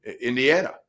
Indiana